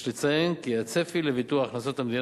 יש לציין כי הצפי לוויתור הכנסות המדינה